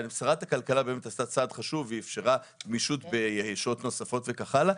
שרת הכלכלה עשתה צעד חשוב ואפשרה גמישות בשעות הנוספות וכדומה.